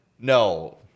No